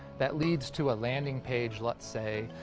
that leads to a landing page, let's say,